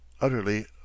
utterly